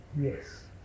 yes